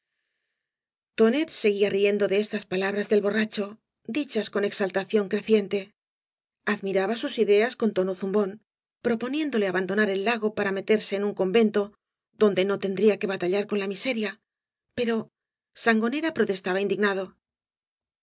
tonet seguia riendo de estas palabras del borracho dichas con exaltación creciente adralraba sus ideas con tono zumbón proponiéndole abandonar el lago para meterse en un convenio donde no tendría que batallar con la miseria pero sangonera protestaba indignado